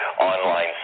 online